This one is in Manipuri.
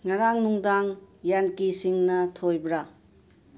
ꯉꯔꯥꯡ ꯅꯨꯡꯗꯥꯡ ꯌꯥꯟꯀꯤꯁꯤꯡꯅ ꯊꯣꯏꯕ꯭ꯔꯥ